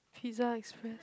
Pizza Express